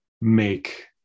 make